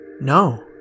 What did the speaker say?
no